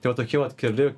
tai va tokie vat keli